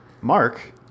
Mark